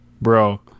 bro